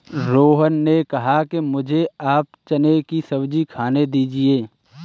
रोहन ने कहा कि मुझें आप चने की सब्जी खाने दीजिए